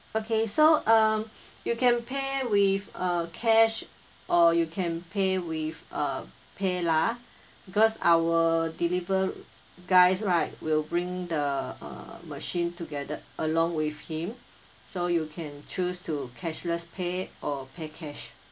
okay so um you can pay with uh cash or you can pay with uh paylah because our deliver guys right will bring the uh machine together along with him so you can choose to cashless pay or pay cash